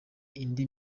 indi